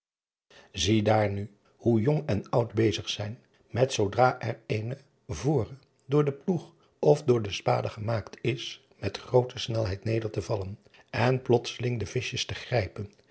iedaar nu hoe jong en oud bezig zijn met zoodra er eene vore door den ploeg of door de spade ge driaan oosjes zn et leven van illegonda uisman maakt is met groote snelheid neder te vallen en plotseling de vischjes te grijpen